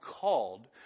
called